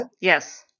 Yes